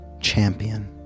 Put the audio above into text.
champion